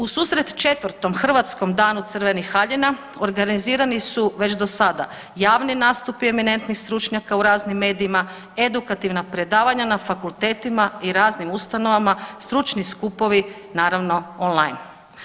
U susret 4. hrvatskom Danu crvenih haljina organizirani su već do sada javni nastupi eminentnih stručnjaka u raznim medijima, edukativna predavanja na fakultetima i raznim ustanovama, stručni skupovi, naravno online.